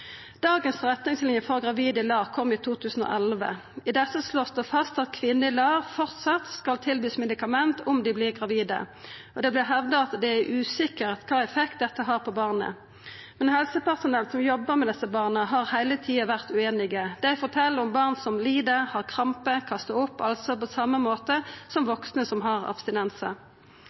Dagens retningslinjer for gravide i LAR kom i 2011. I desse vert det slått fast at kvinner i LAR framleis skal få tilbod om medikament om dei vert gravide. Det vert hevda at det er usikkert kva effekt dette har på barnet. Men helsepersonell som jobbar med desse barna, har heile tida vore ueinige. Dei fortel om barn som lir, har krampar, kastar opp – altså det same som vaksne som har